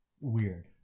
weird